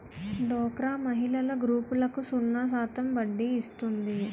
డోక్రా మహిళల గ్రూపులకు సున్నా శాతం వడ్డీ ఇస్తుంది